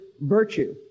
virtue